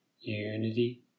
Unity